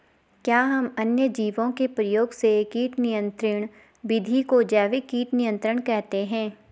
क्या हम अन्य जीवों के प्रयोग से कीट नियंत्रिण विधि को जैविक कीट नियंत्रण कहते हैं?